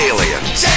Aliens